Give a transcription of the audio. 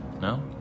No